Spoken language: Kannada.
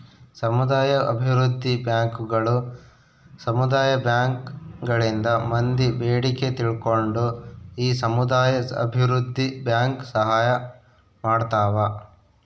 ಸಮುದಾಯ ಅಭಿವೃದ್ಧಿ ಬ್ಯಾಂಕುಗಳು ಸಮುದಾಯ ಬ್ಯಾಂಕ್ ಗಳಿಂದ ಮಂದಿ ಬೇಡಿಕೆ ತಿಳ್ಕೊಂಡು ಈ ಸಮುದಾಯ ಅಭಿವೃದ್ಧಿ ಬ್ಯಾಂಕ್ ಸಹಾಯ ಮಾಡ್ತಾವ